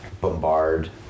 bombard